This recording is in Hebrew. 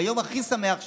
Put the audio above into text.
ביום הכי שמח שלהם,